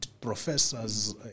professors